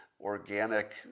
organic